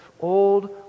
old